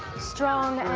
strong,